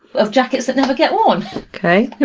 of jackets that never get worn.